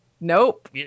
Nope